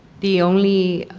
the only